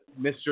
Mr